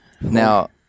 Now